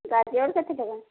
ଗାଜର କେତେ ଟଙ୍କା